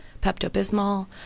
Pepto-Bismol